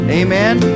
amen